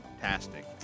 fantastic